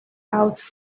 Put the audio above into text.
out